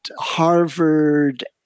Harvard